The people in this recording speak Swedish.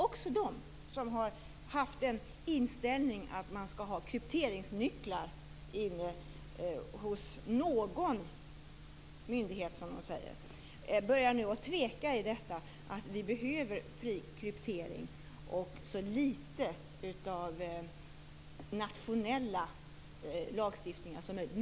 Också amerikanerna, som har haft inställningen att man skall ha krypteringsnycklar inne hos någon myndighet, som de säger, börjar nu att tveka och tycker att de behöver fri kryptering och så litet av nationella lagstiftningar som möjligt.